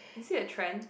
is it a trend